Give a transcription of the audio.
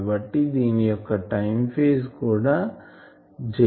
కాబట్టి దీని యొక్క టైం ఫేజ్ కూడా j